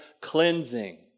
cleansing